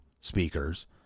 speakers